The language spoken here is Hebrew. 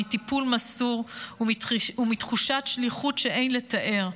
מטיפול מסור ומתחושת שליחות שאין לתאר.